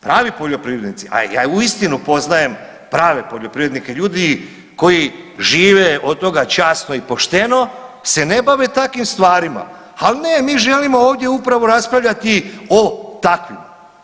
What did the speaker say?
Pravi poljoprivrednicu, a ja uistinu poznajem prave poljoprivrednike, ljude koji žive od toga časno i pošteno, se ne bave takvim stvarima, ali ne, mi želimo ovdje upravo raspravljati o takvima.